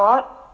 what